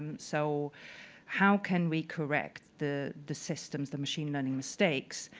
and so how can we correct the the systems, the machine learning mistakes?